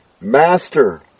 Master